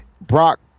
brock